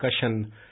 discussion